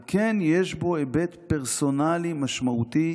על כן יש בו היבט פרסונלי משמעותי,